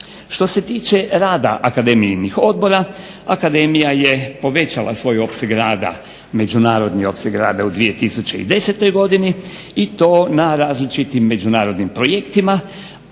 Što se tiče rada akademijinih odbora, akademija je povećala svoj opseg rada, međunarodni opseg rada u 2010. godini i to na različitim međunarodnim projektima.